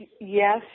Yes